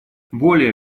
более